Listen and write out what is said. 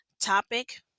topic